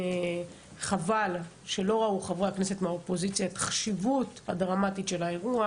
חבל שחברי הכנסת מהאופוזיציה לא ראו את החשיבות הדרמטית של האירוע,